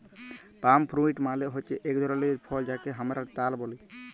পাম fruit মালে হচ্যে এক ধরলের ফল যাকে হামরা তাল ব্যলে